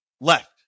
left